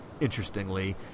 interestingly